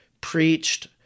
preached